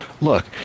look